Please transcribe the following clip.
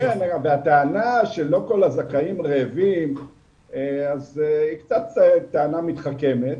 כן, והטענה שלא כל הזכאים רעבים היא קצת מתחכמת